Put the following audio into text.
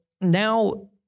now